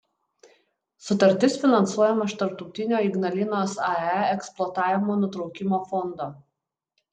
sutartis finansuojama iš tarptautinio ignalinos ae eksploatavimo nutraukimo fondo